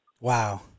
Wow